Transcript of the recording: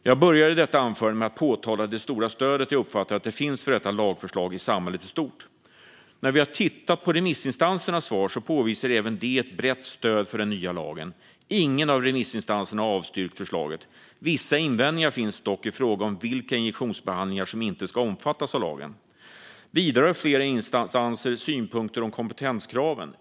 Jag inledde detta anförande med att peka på det stora stöd som jag uppfattar finns för detta lagförslag i samhället i stort. När vi har tittat på remissinstansernas svar ser vi att även de visar på ett brett stöd för den nya lagen. Ingen av remissinstanserna har avstyrkt förslaget. Vissa invändningar finns dock i fråga om vilka injektionsbehandlingar som inte ska omfattas av lagen. Vidare har flera instanser synpunkter på kompetenskraven.